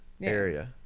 area